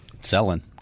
selling